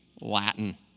Latin